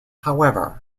however